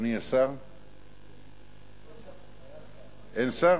אדוני השר, אין שר?